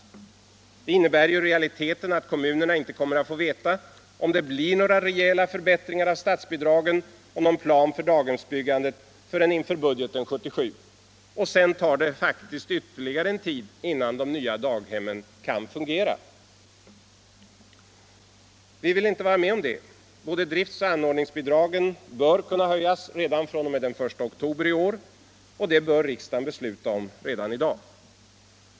Det innebär ju i realiteten att kommunerna inte kommer att få veta om det blir några rejäla förbättringar av statsbidragen och någon plan för daghemsbyggandet förrän inför budgeten 1977. Och sedan dröjer det faktiskt ytterligare en tid innan de nya daghemmen kan fungera. Vi vill inte vara med om detta. Både driftsoch anordningsbidragen bör kunna höjas redan fr.o.m. den 1 oktober i år, och det bör riksdagen besluta om redan i dag.